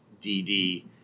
DD